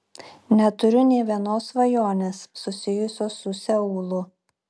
neturiu nė vienos svajonės susijusios su seulu